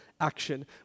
action